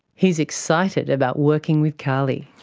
he is excited about working with karlie.